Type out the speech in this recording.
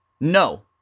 No